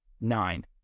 Nine